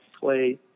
play